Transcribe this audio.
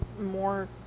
more